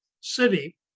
city